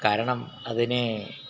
കാരണം അതിനെ